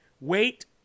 Wait